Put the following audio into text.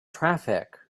traffic